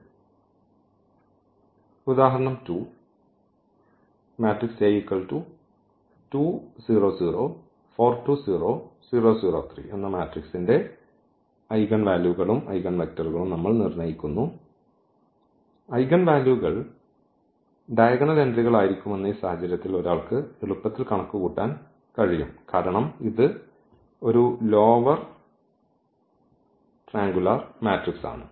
അതിനാൽ ഈ ഉദാഹരണം 2 ഈ ന്റെ ഐഗൻവാല്യൂകളും ഐഗൻവെക്റ്ററുകളും നമ്മൾ നിർണ്ണയിക്കുന്നു ഐഗൻവാല്യൂകൾ ഡയഗണൽ എൻട്രികൾ ആയിരിക്കുമെന്ന് ഈ സാഹചര്യത്തിൽ ഒരാൾക്ക് എളുപ്പത്തിൽ കണക്കുകൂട്ടാൻ കഴിയും കാരണം ഇത് ഒരു ലോവർ ത്രികോണാകൃതിയിലുള്ള മാട്രിക്സ് ആണ്